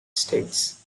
states